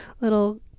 little